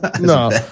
No